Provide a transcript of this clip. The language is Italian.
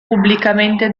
pubblicamente